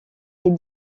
est